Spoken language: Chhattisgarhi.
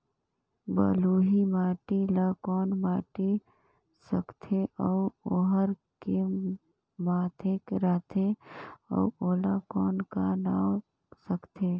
बलुही माटी ला कौन माटी सकथे अउ ओहार के माधेक राथे अउ ओला कौन का नाव सकथे?